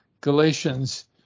Galatians